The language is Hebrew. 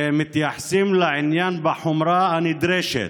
מתייחסים לעניין בחומרה הנדרשת.